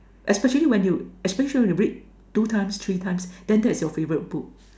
especially when you especially when you read two times three times then that's your favourite book